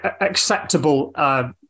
acceptable